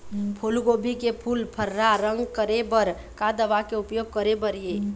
फूलगोभी के फूल पर्रा रंग करे बर का दवा के उपयोग करे बर ये?